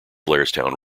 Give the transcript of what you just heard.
blairstown